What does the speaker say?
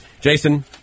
jason